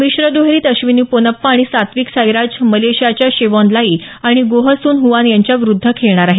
मिश्र दुहेरीत आश्विनी पोनप्पा आणि सात्विक साईराज मेलेशियाच्या शेवॉन लाई आणि गोह सून हुआन यांच्या विरुद्ध खेळणार आहेत